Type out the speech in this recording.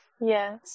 Yes